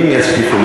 אם יצליחו,